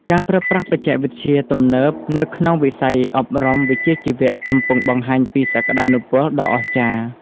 ការប្រើប្រាស់បច្ចេកវិទ្យាទំនើបនៅក្នុងវិស័យអប់រំវិជ្ជាជីវៈកំពុងបង្ហាញពីសក្តានុពលដ៏អស្ចារ្យ។